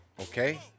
Okay